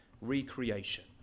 recreation